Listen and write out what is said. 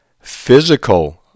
physical